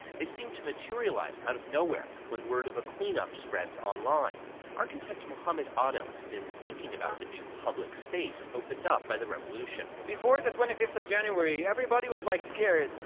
they seem to materialize out of nowhere when word of a clean-up spreads online architect muhammad adel's been thinking about the new public space opened up by the revolution before the twenty fifth of january, everybody was like scared.